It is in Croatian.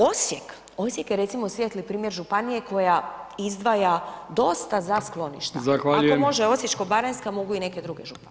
Osijek, Osijek je recimo svijetli primjer županija koja izdvaja dosta za skloništa [[Upadica Brkić: Zahvaljujem.]] Ako može Osječko-baranjska mogu i neke druge županije.